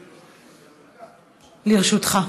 לרשותך.